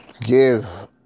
give